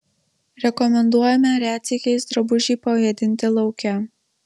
rekomenduojame retsykiais drabužį pavėdinti lauke